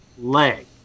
leg